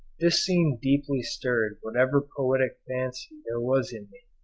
this scene deeply stirred whatever poetic fancy there was in me.